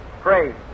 Pray